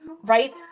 Right